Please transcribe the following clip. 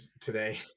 today